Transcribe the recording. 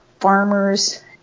farmers